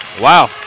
Wow